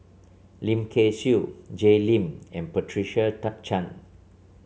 Lim Kay Siu Jay Lim and Patricia Chan